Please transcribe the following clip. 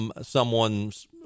someone's